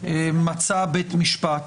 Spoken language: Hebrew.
מצא בית המשפט